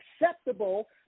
acceptable